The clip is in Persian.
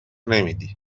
نمیدی